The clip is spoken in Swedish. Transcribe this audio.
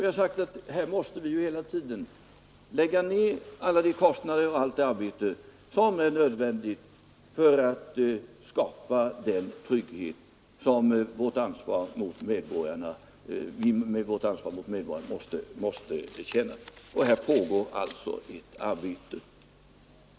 Jag har sagt att vi fortlöpande måste lägga ned alla de kostnader och allt det arbete som är nödvändigt för att skapa den trygghet som vi med vårt ansvar mot medborgarna måste försöka upprätthålla, och det pågår alltså ett sådant arbete.